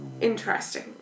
interesting